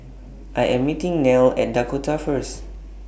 I Am meeting Nelle At Dakota First